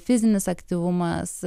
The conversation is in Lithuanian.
fizinis aktyvumas